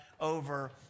over